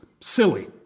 silly